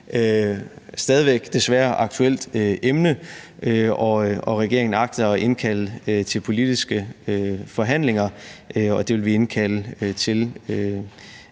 stadig væk et aktuelt politisk emne, og regeringen agter at indkalde til politiske forhandlinger, og dem vil vi indkalde til